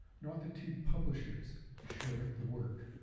not the two publishers share the work.